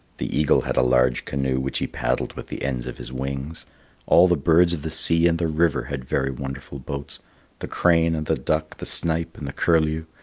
the eagle had a large canoe which he paddled with the ends of his wings all the birds of the sea and the river had very wonderful boats the crane and the duck, the snipe and the curlew,